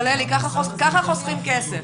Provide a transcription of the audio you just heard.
אבל אלי, ככה חוסכים כסף.